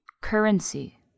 currency